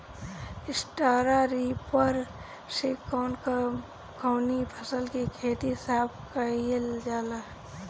Straw reaper से कवन कवनी फसल के खेत साफ कयील जाला?